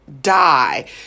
die